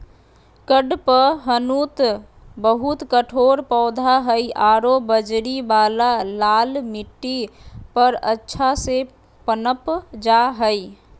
कडपहनुत बहुत कठोर पौधा हइ आरो बजरी वाला लाल मिट्टी पर अच्छा से पनप जा हइ